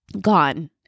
gone